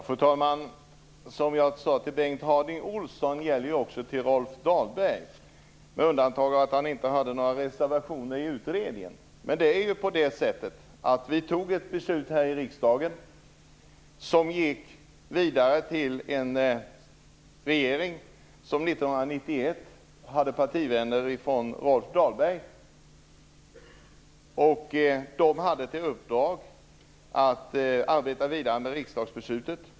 Fru talman! Det jag sade till Bengt Harding Olson gäller ju också Rolf Dahlberg. Undantaget är att han inte hade några reservationer i utredningen. Vi fattade ett beslut här i riksdagen som gick vidare till en regering som 1991 bestod av partivänner till Rolf Dahlberg. De hade i uppdrag att arbeta vidare med riksdagsbeslutet.